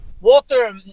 Walter